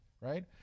right